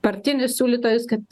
partinius siūlytojus kad